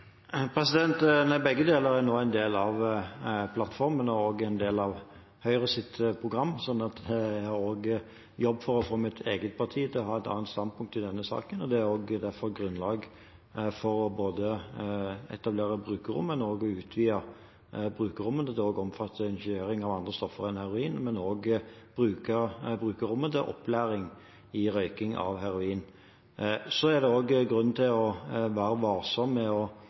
Begge deler er nå en del av plattformen og også en del av Høyres program. Jeg har jobbet for å få mitt eget parti til å innta et annet standpunkt i denne saken. Det er derfor grunnlag for både å etablere brukerrom, å utvide brukerrommene til å omfatte injisering av andre stoffer enn heroin og også å bruke brukerrommene til opplæring i røyking av heroin. Så er det grunn til å være varsom med å